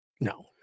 No